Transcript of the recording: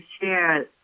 share